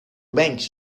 bank